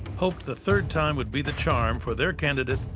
hoped the third time would be the charm for their candidate,